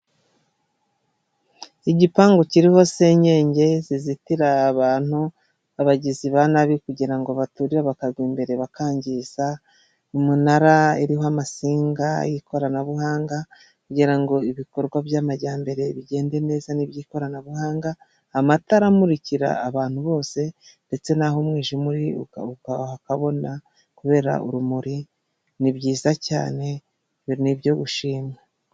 Igipangu kiriho senyege zizitira abantu, abagizi ba nabi kugira ngo baturira bakagwa imbere bakangiza, umunara iriho amansinga y'ikoranabuhanga kugira ngo ibikorwa by'amajyambere bigende neza n'iby'ikoranabuhanga, amatara amurikira abantu bose ndetse naho umwijima uri hakabona kubera urumuri, ni byiza cyane ni ibyo gushimwa.